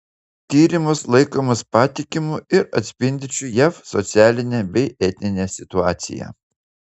tyrimas laikomas patikimu ir atspindinčiu jav socialinę bei etninę situaciją